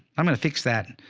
i'm going to fix that,